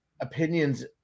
opinions